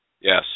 Yes